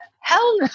Hell